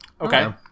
Okay